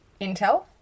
intel